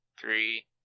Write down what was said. Three